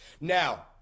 now